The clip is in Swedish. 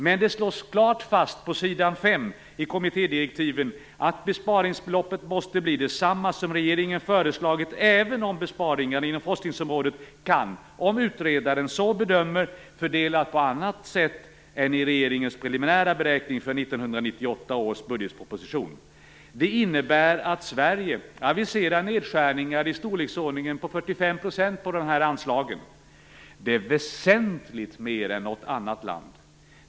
Men det slås klart fast på s. 5 i kommittédirektiven att besparingsbeloppet måste bli detsamma som regeringen har föreslagit, även om besparingar inom forskningsområdet, om utredaren så bedömer, kan fördelas på annat sätt än det i regeringens preliminära beräkning för 1998 års budgetproposition. Det innebär att Sverige aviserar nedskärningar av de här anslagen i storleksordningen 45 %. Det är väsentligt mer än något annat land.